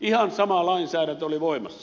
ihan sama lainsäädäntö oli voimassa